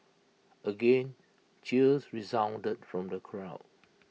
again cheers resounded from the crowd